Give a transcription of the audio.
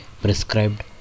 prescribed